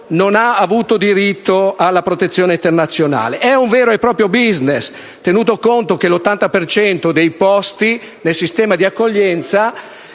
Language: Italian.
non ha avuto diritto alla protezione internazionale. È un vero e proprio *business*, tenuto conto che l'80 per cento dei posti del sistema di accoglienza